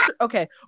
okay